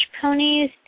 ponies